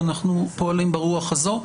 ואנחנו פועלים ברוח הזו.